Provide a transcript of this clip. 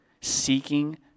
seeking